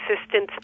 assistance